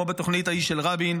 כמו בתוכנית ההיא של רבין,